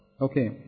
Okay